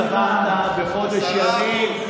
מה שאתה צברת בחודש ימים,